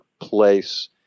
place